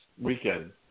weekend